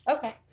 Okay